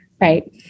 right